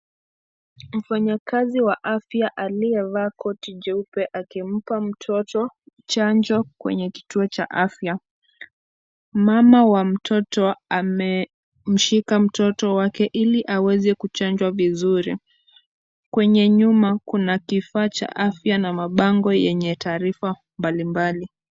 Mfanyikazi wa afya aliyevaa koti jeupe akimpa mtoto chanjo kwenye kituo cha afya. Mama wa mtoto amemshika mtoto wake ili aweze kuchanjwa vizuri. Kwenda nyuma kuna kifaa cha afya na mabango yenye taarifa mbalimbali.